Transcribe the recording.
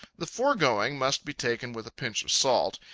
the foregoing must be taken with a pinch of salt.